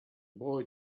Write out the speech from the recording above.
boy